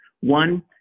One